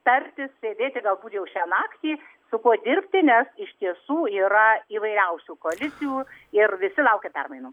tarsi sėdėti galbūt jau šią naktį su kuo dirbti nes iš tiesų yra įvairiausių koalicijų ir visi laukia permainų